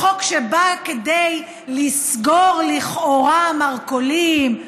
בחוק שבא כדי לסגור לכאורה מרכולים?